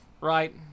Right